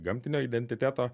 gamtinio identiteto